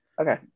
okay